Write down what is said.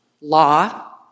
Law